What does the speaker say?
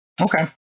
Okay